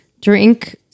drink